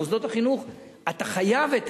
במוסדות החינוך אתה חייב,